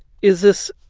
is this